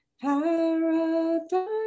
paradise